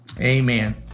Amen